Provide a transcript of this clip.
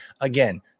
Again